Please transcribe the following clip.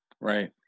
Right